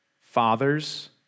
Fathers